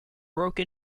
broke